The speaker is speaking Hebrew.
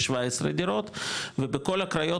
17 דירות ובכל הקריות,